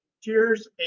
Cheers